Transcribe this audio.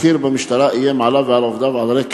בכיר במשטרה איים עליו ועל עובדיו על רקע